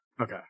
Okay